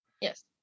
Yes